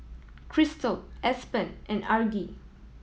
Kristal Aspen and Argie